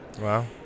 Wow